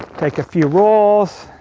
take a few rolls.